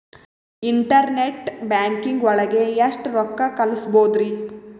Internet banking ಒಳಗೆ ಎಷ್ಟ್ ರೊಕ್ಕ ಕಲ್ಸ್ಬೋದ್ ರಿ?